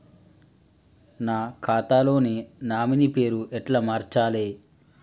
నా ఖాతా లో నామినీ పేరు ఎట్ల మార్చాలే?